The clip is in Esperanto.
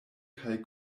kaj